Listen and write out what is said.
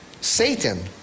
Satan